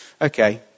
Okay